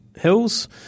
Hills